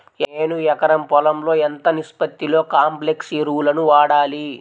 నేను ఎకరం పొలంలో ఎంత నిష్పత్తిలో కాంప్లెక్స్ ఎరువులను వాడాలి?